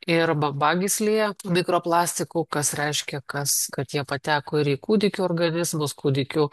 ir bambagyslėje mikroplastikų kas reiškia kas kad jie pateko ir į kūdikių organizmus kūdikių